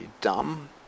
dumb